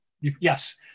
Yes